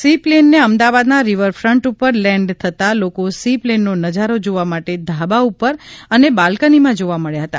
C પ્લેનને અમદાવાદના riverfront ઉપર લેન્ડ થતાં લોકો સી પ્લેનનો નજારો જોવા માટે ધાબા ઉપર અને બાલ્કનીમાંથી જોવા મળ્યા હતા